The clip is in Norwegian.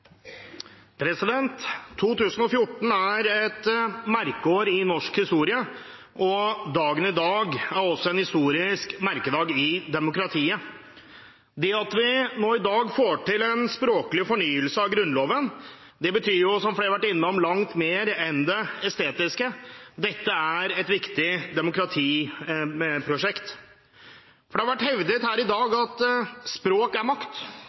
et merkeår i norsk historie, og dagen i dag er også en historisk merkedag for demokratiet. Det at vi nå i dag får til en språklig fornyelse av Grunnloven, betyr, som flere har vært innom, langt mer enn det estetiske. Dette er et viktig demokratiprosjekt. Det har vært hevdet her i dag at språk er makt.